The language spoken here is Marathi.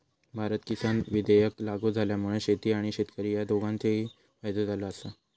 भारत किसान विधेयक लागू झाल्यामुळा शेती आणि शेतकरी ह्या दोघांचोही फायदो झालो आसा